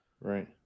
Right